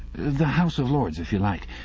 the house of lords, if you like.